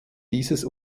dieses